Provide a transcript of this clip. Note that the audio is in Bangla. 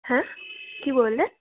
হ্যাঁ কি বললে